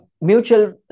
mutual